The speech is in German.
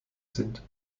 sind